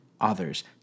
others